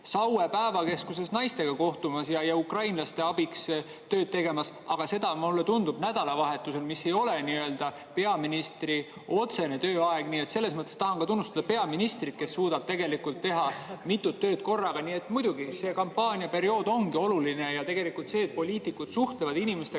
Saue Päevakeskuses naistega kohtumas ja ukrainlastele abiks tööd tegemas, aga seda, mulle tundub, nädalavahetusel, mis ei ole peaministri nii-öelda otsene tööaeg. Nii et selles mõttes tahan tunnustada ka peaministrit, kes suudab teha mitut tööd korraga. Nii et muidugi: see kampaaniaperiood ongi oluline. Tegelikult see, et poliitikud inimestega